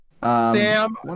Sam